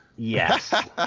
Yes